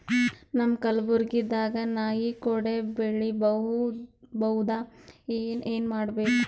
ನಮ್ಮ ಕಲಬುರ್ಗಿ ದಾಗ ನಾಯಿ ಕೊಡೆ ಬೆಳಿ ಬಹುದಾ, ಏನ ಏನ್ ಮಾಡಬೇಕು?